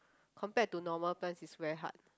compared to normal plants it's very hard